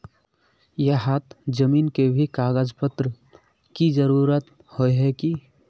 यहात जमीन के भी कागज पत्र की जरूरत होय है की?